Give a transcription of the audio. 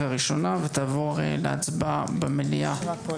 לקריאה ראשונה בוועדה ותעבור להצבעה במליאה.